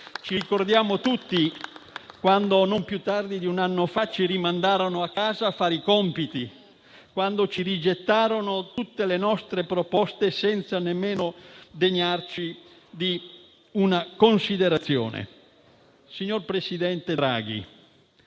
Ci ricordiamo tutti quando, non più tardi di un anno fa, ci rimandarono a casa a fare i compiti, quando rigettarono tutte le nostre proposte senza nemmeno degnarci di considerazione. Signor presidente Draghi,